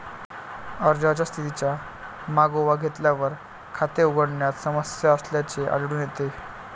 अर्जाच्या स्थितीचा मागोवा घेतल्यावर, खाते उघडण्यात समस्या असल्याचे आढळून येते